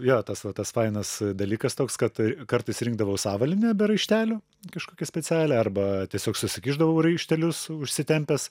jo tas va tas fainas dalykas toks kad kartais rinkdavaus avalynę be raištelių kažkokią specialią arba tiesiog susikišdavau raištelius užsitempęs